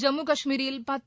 ஜம்மு கஷ்மீரில் பத்து